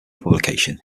publication